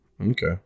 Okay